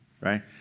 right